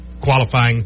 qualifying